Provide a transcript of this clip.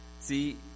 see